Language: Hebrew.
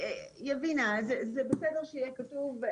יבינה, זה בסדר שיהיה כתוב.